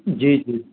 जी जी